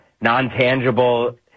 non-tangible